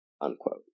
unquote